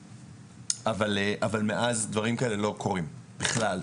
אבל מאז דברים כאלה לא קורים בכלל.